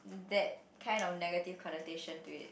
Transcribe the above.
that kind of negative connotation to it